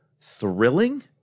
thrilling